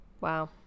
Wow